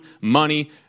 money